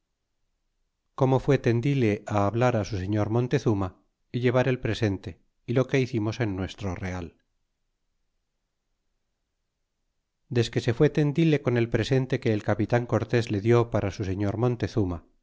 como fue tendile baldar su sertor montezuma y llevar el presente y lo que himmos en nuestro real desque se fue tendile con el presente que el capitan cortes le lió para su señor montezuma